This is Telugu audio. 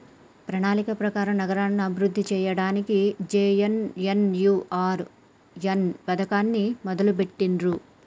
ప్రణాళిక ప్రకారం నగరాలను అభివృద్ధి సేయ్యడానికి జే.ఎన్.ఎన్.యు.ఆర్.ఎమ్ పథకాన్ని మొదలుబెట్టిర్రు